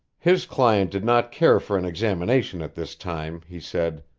his client did not care for an examination at this time, he said.